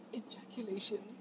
ejaculation